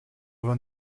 vingt